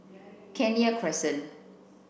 Kenya Crescent